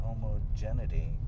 homogeneity